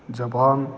Japan